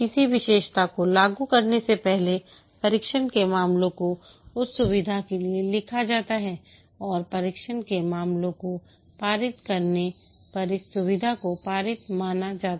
किसी विशेषता को लागू करने से पहले परीक्षण के मामलों को उस सुविधा के लिए लिखा जाता है और परीक्षण के मामलों को पारित करने पर इस सुविधा को पारित माना जाता है